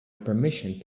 permission